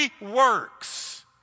works